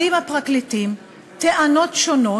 הפרקליטים מעלים טענות שונות,